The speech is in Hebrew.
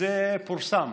וזה פורסם: